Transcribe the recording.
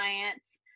clients